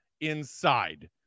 inside